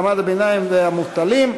המעמד הבינוני והמובטלים,